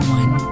one